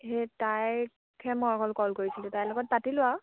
সেই তাইকহে মই অকল কল কৰিছিলোঁ তাইৰ লগত পাতিলোঁ আৰু